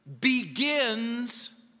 begins